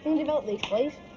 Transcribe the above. um develop these, please?